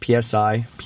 PSI